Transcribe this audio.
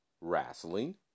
wrestling